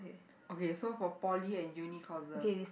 okay so for poly and uni courses